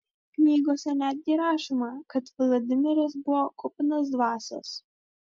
knygose netgi rašoma kad vladimiras buvo kupinas dvasios